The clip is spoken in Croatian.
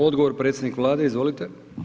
Odgovor predsjednik Vlade, izvolite.